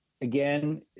Again